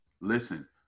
Listen